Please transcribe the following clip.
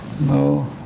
No